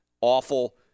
awful